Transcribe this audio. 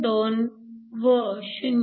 2 व 0